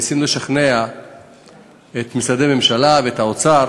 ניסינו לשכנע את משרדי הממשלה ואת האוצר